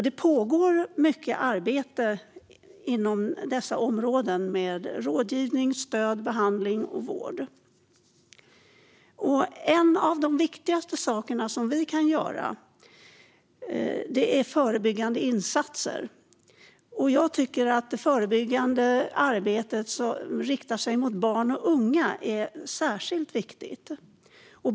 Det pågår också mycket arbete inom dessa områden med rådgivning, stöd, behandling och vård. En av de viktigaste sakerna vi kan göra är att arbeta med förebyggande insatser. Jag tycker att förebyggande arbete riktat till barn och unga är särskilt viktigt.